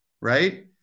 right